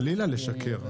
חלילה לשקר.